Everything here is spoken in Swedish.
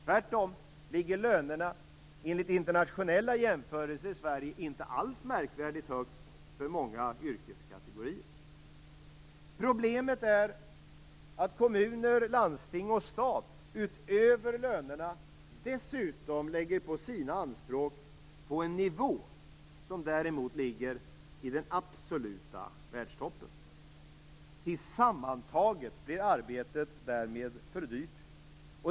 Tvärtom ligger lönerna i Sverige i internationell jämförelse inte alls märkvärdigt högt för många yrkeskategorier. Problemet är att kommuner, landsting och stat utöver lönerna dessutom lägger på sina anspråk, på en nivå som däremot ligger i den absoluta världstoppen. Tillsammantaget blir arbetet därmed för dyrt.